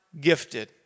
gifted